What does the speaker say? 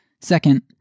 Second